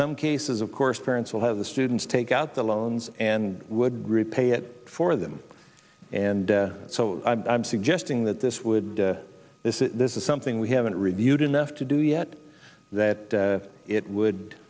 some cases of course parents will have the students take out the loans and would repay it for them and so i'm suggesting that this would this is this is something we haven't reviewed enough to do yet that it would